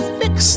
fix